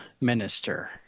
minister